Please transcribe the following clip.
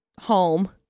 home